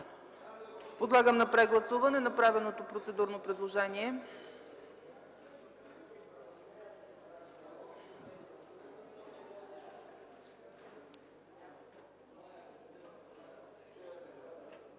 Подлагам на гласуване направените процедурни предложения